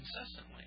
incessantly